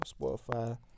Spotify